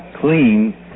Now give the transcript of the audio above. clean